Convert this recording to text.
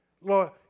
Lord